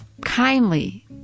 kindly